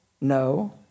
No